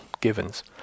givens